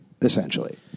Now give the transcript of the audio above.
essentially